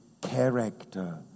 character